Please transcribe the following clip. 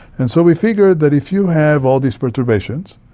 and so we figured that if you have all these perturbations,